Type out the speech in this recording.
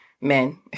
men